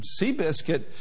Seabiscuit